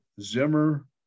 Zimmer